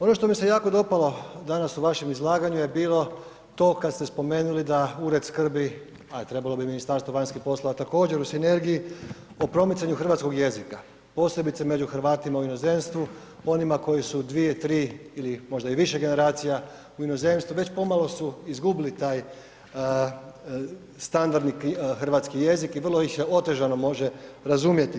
Ono što mi se jako dopalo danas u vašem izlaganju je bilo to kad ste spomenuli da ured skrbi, a trebalo bi Ministarstvo vanjskih poslova također u sinergiji, o promicanju hrvatskog jezika, posebice među Hrvatima u inozemstvu, onima koji su 2, 3 ili možda i više generacija u inozemstvu, već pomalo su izgubili taj standardni hrvatski jezik i vrlo ih se otežano može razumjeti.